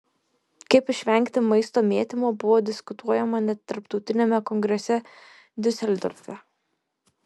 kaip išvengti maisto mėtymo buvo diskutuojama net tarptautiniame kongrese diuseldorfe